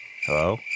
Hello